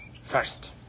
first